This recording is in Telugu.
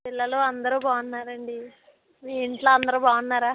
పిల్లలు అందరూ బాగున్నారండి మీ ఇంట్లో అందరూ బాగున్నారా